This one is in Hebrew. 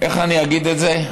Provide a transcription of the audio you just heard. איך אני אגיד את זה?